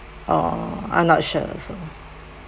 oh I'm not sure also